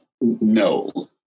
no